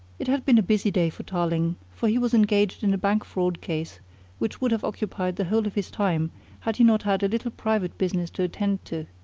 it had been a busy day for tarling, for he was engaged in a bank fraud case which would have occupied the whole of his time had he not had a little private business to attend to.